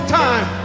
time